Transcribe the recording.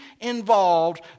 involved